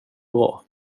bra